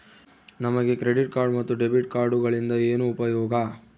ನಮಗೆ credit card ಮತ್ತು debit ಕಾರ್ಡುಗಳಿಂದ ಏನು ಉಪಯೋಗ?